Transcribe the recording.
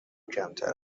کمتر